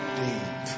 deep